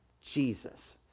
Jesus